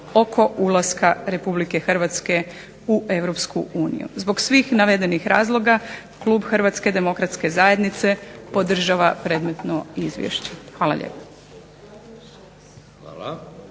oko ulaska Republike Hrvatske u Europsku uniju. Zbog svih navedenih razloga klub Hrvatske demokratske zajednice podržava predmetno izvješće. Hvala lijepo.